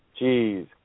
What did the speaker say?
Jeez